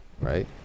right